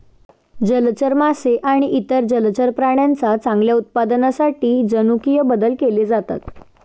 जलचर मासे आणि इतर जलचर प्राण्यांच्या चांगल्या उत्पादनासाठी जनुकीय बदल केले जातात